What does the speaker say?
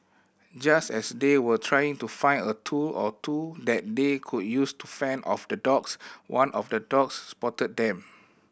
just as they were trying to find a tool or two that they could use to fend off the dogs one of the dogs spotted them